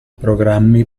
programmi